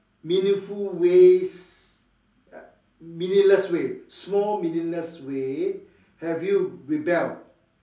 meaningful ways uh meaningless small meaningless way have you rebelled